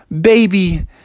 baby